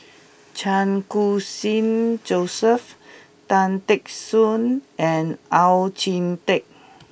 Chan Khun Sing Joseph Tan Teck Soon and Oon Jin Teik